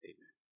Amen